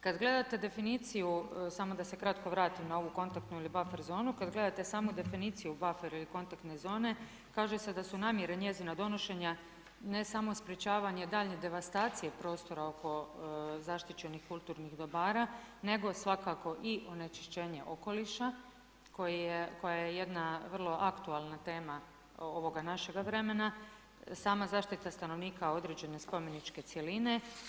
Kada gledate definiciju, samo da se kratko vratim na ovu kontaktnu ili buffer zonu, kada gledate samu definiciju buffer ili kontaktne zone kaže se da su namjere njezina donošenja ne samo sprječavanje daljnje devastacije prostora oko zaštićenih kulturnih dobara nego svakako i onečišćenje okoliša koja je jedna vrlo aktualna tema ovoga našega vremena, sama zaštita stanovnika određene spomeničke cjeline.